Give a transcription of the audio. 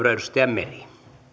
edustaja meri